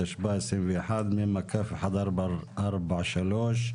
התשפ"א-2021 (מ/1443),